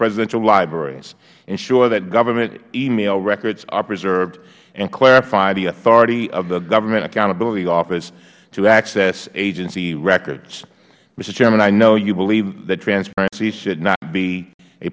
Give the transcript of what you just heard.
presidential libraries ensure that government email records are preserved and clarify the authority of the government accountability office to access agency records mister chairman i know you believe that transparency should not be a